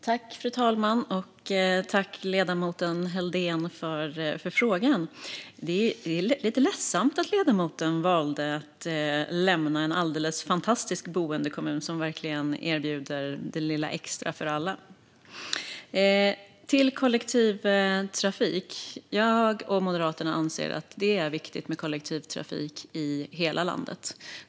Fru talman! Tack, ledamoten Helldén, för frågan! Det är lite ledsamt att ledamoten valde att lämna en alldeles fantastisk boendekommun som verkligen erbjuder det lilla extra för alla. Jag och Moderaterna anser att det är viktigt med kollektivtrafik i hela landet.